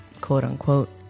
quote-unquote